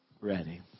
ready